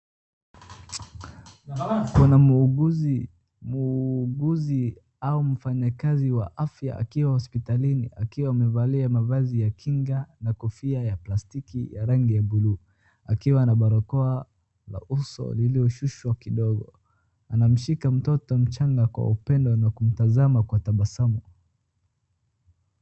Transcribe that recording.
Kuna muuguzi au mfanyikazi wa afya akiwa hospitallini akiwa amevalia mavazi ya kinga na kofia ya plastiki ya rangi ya buluu, akiwa na barakoa la uso lilioshuhswa kidogo. Anamshika mtoto mchanga kwa upendo na kumtazama kwa tabasamu.